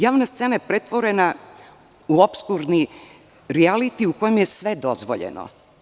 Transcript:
Javna scena je pretvorena u opskurdni rijaliti u kojem je se dozvoljeno.